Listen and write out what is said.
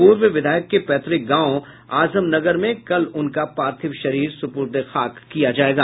पूर्व विधायक के पैतृक गांव आजमनगर में कल उनका पार्थिव शरीर सुपूर्द ए खाक किया जायेगा